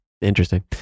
Interesting